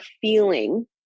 feeling